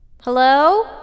Hello